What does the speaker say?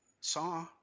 saw